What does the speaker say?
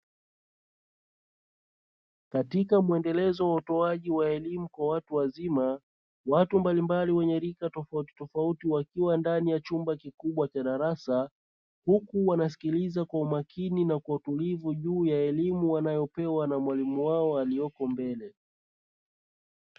Katika muendelezo wa utoaji elimu kwa watu wazima watu mbalimbali wenye rika tofauti tofauti wakiwa ndani ya chumba kikubwa cha darasa, huku wanasikiliza kwa umakini na kwa utulivu juu ya elimu wanayopewa na walimu wao walioko mbele.